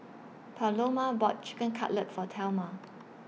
Paloma bought Chicken Cutlet For Thelma